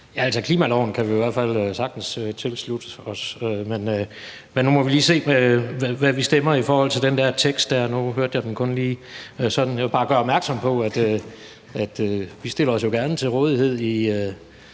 Ja, klimaloven kan vi jo i hvert fald sagtens tilslutte os, men nu må vi lige se, hvad vi stemmer i forhold til den der vedtagelsestekst, for nu hørte jeg den kun lige sådan. Jeg vil jo bare gøre opmærksom på, at vi gerne stiller os til rådighed i